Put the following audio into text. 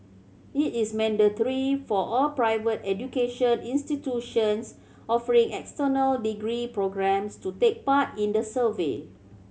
it is mandatory for all private education institutions offering external degree programmes to take part in the survey